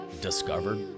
discovered